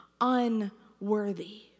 unworthy